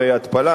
הרי התפלה,